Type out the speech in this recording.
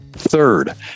Third